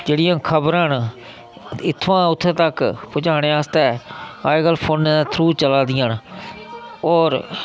जेह्ड़ियां खबरां न इत्थुआं उत्थें तक्क पजाने आस्तै अजकल फौनै दे थ्रू चला दियां न होर